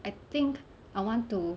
I think I want to